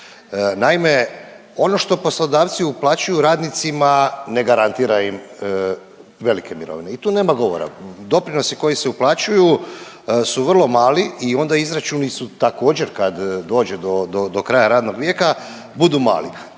Naime, ono što poslodavci uplaćuju radnicima ne garantira im velike mirovine. I tu nema govora. Doprinosi koji se uplaćuju su vrlo mali i onda izračuni su također kad dođe do, do kraja radnog vijeka budu mali.